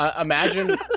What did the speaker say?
imagine